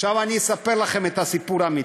עכשיו אני אספר לכם את הסיפור האמיתי: